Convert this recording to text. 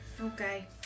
Okay